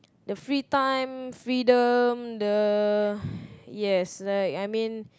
the free time freedom the yes like I mean